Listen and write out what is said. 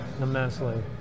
immensely